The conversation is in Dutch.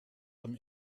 hem